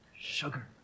sugar